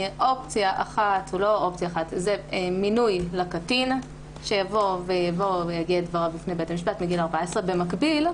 זה מינוי לקטין שיבוא ויגיד את דבריו בבית המשפט מגיל 14. במקביל,